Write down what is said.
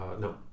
no